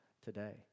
today